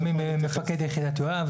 גם עם מפקד יחידת יואב,